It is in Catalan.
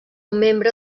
membre